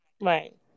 Right